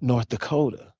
north dakota?